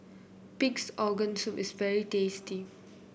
Pig's Organ Soup is very tasty